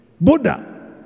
Buddha